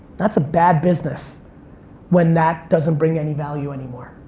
that's a bad business when that doesn't bring any value anymore.